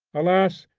alas!